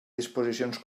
disposicions